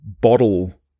bottle